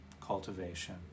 cultivation